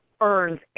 earns